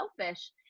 selfish